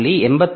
86